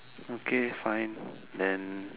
okay fine then